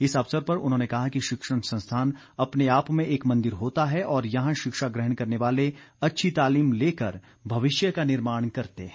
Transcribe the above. इस अवसर पर उन्होंने कहा कि शिक्षण संस्थान अपने आप में एक मंदिर होता है और यहां शिक्षा ग्रहण करने वाले अच्छी तालीम लेकर भविष्य का निर्माण करते हैं